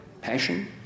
passion